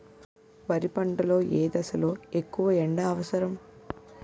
వరి పంట లో ఏ దశ లొ ఎక్కువ ఎండా అవసరం?